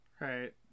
Right